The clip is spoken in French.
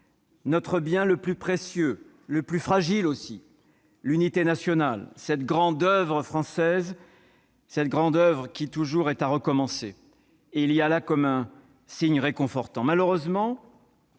notre bien le plus précieux, le plus fragile aussi : l'unité nationale, cette grande oeuvre française, qui toujours est à recommencer. Il y a là comme un signe réconfortant.